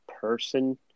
person